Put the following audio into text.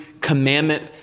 commandment